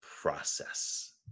process